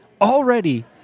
already